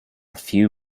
few